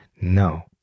No